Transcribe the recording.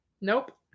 Nope